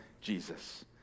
Jesus